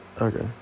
okay